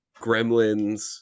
Gremlins